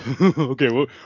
okay